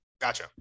Gotcha